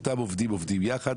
אותם עובדים עובדים יחד,